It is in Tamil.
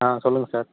ஆ சொல்லுங்கள் சார்